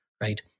right